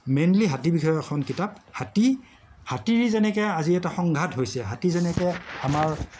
mainly হাতীবিষয়ক এখন কিতাপ হাতী হাতীৰ যেনেকে আজিৰ এটা সংঘাত হৈছে হাতী যেনেকে আমাৰ